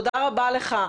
תודה רבה לך,